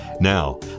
Now